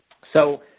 so,